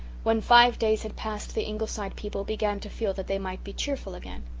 when five days had passed the ingleside people began to feel that they might be cheerful again.